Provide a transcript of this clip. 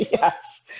Yes